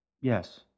Yes